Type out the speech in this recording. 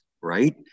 Right